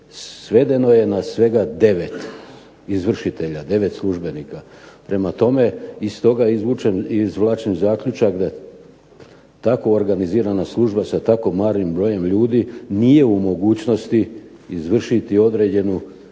svedeno je na svega 9 izvršitelja, 9 službenika. Prema tome, iz toga izvlačim zaključak da tako organizirana služba sa tako malim brojem ljudi nije u mogućnosti izvršiti određenu kontrolu